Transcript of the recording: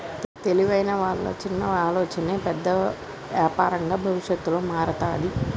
తెలివైన వాళ్ళ చిన్న ఆలోచనే పెద్ద యాపారంగా భవిష్యత్తులో మారతాది